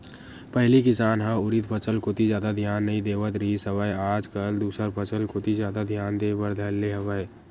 पहिली किसान ह उरिद फसल कोती जादा धियान नइ देवत रिहिस हवय आज कल दूसर फसल कोती जादा धियान देय बर धर ले हवय